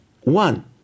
One